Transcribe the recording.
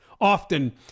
often